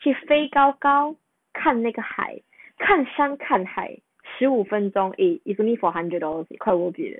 去飞高高看那个海看山看海十五分钟 eh it's only for hundred dollar quite worth it leh